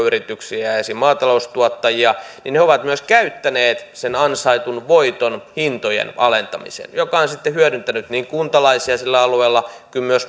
yrityksiä ja esimerkiksi maataloustuottajia niin he ovat myös käyttäneet sen ansaitun voiton hintojen alentamiseen joka on sitten hyödyttänyt niin kuntalaisia sillä alueella kuin myös